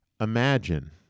imagine